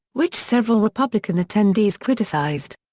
which several republican attendees criticized.